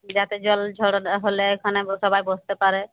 যাতে জল ঝড় হলে ওখানে সবাই বসতে পারে